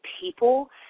people